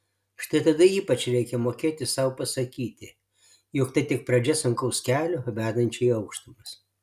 štai tada ypač reikia mokėti sau pasakyti jog tai tik pradžia sunkaus kelio vedančio į aukštumas